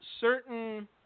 certain